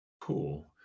cool